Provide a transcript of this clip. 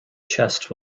chest